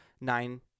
Nine